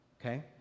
Okay